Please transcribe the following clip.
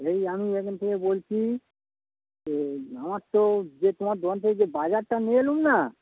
এই আমি এখান থেকে বলছি আমার তো যে তোমার দোকান থেকে যে বাজারটা নিয়েলুম না